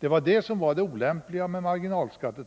Det olämpliga var alltså att välja ett sådant